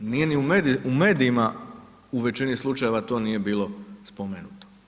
Nije ni u medijima, u većini slučajeva to nije bilo spomenuto.